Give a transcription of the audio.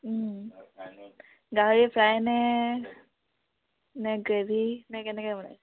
গাহৰি ফ্ৰাই নে নে গ্ৰেভি নে কেনেকৈ বনাইছে